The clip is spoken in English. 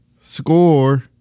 score